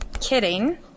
Kidding